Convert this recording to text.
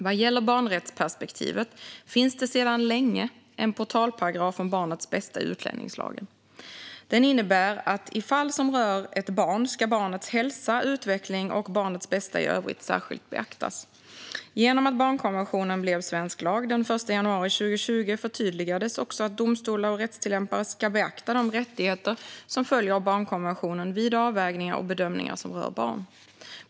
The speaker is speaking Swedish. Vad gäller barnrättsperspektivet finns det sedan länge en portalparagraf om barnets bästa i utlänningslagen. Den innebär att i fall som rör ett barn ska barnets hälsa, utveckling och barnets bästa i övrigt särskilt beaktas. Genom att barnkonventionen blev svensk lag den 1 januari 2020 förtydligades också att domstolar och rättstillämpare ska beakta de rättigheter som följer av barnkonventionen vid avvägningar och bedömningar som rör barn.